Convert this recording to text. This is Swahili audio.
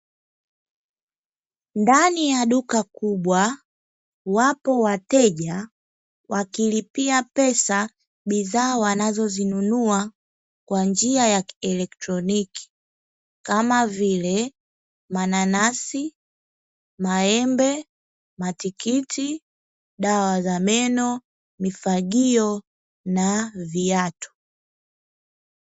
Ndani ya duka kubwa wapo wateja wakilipia pesa, bidhaa wanazozinunua kwa njia ya kielektroniki kama vile: mananasi, maembe, matikiti, dawa za meno, mifagio na viatu.